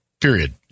period